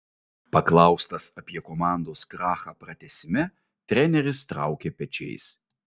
paklaustas apie komandos krachą pratęsime treneris traukė pečiais